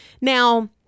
Now